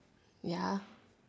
ya